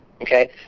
okay